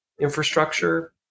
infrastructure